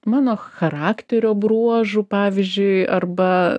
mano charakterio bruožų pavyzdžiui arba